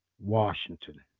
Washington